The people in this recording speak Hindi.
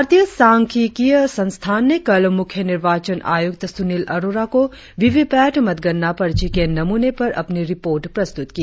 भारतीय सांख्यिकीय संस्थान ने कल मुख्य निर्वाचन आयुक्त सुनिल अरोड़ा को वी वी पैट मतगणना पर्ची के नमूने पर अपनी रिपोर्ट प्रस्तुत की